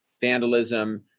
vandalism